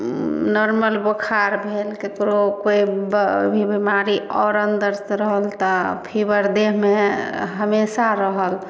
normal बुखार भेल केकरो कोइ आओर भी बीमारी आओर भी अन्दर आओर अन्दर सऽ रहल तऽ फीबर देहमे हमेशा रहल